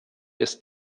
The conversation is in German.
ist